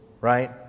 right